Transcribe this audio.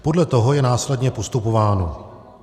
Podle toho je následně postupováno.